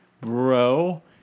bro